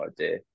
idea